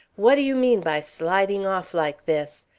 what do you mean by sliding off like this?